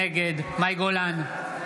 נגד מאי גולן,